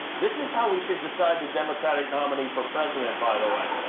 this is how we should decide the democratic nominee for president, by the way.